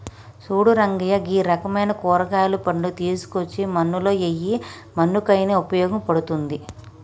సూడు రంగయ్య గీ రకమైన కూరగాయలు, పండ్లు తీసుకోచ్చి మన్నులో ఎయ్యి మన్నుకయిన ఉపయోగ పడుతుంది